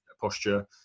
posture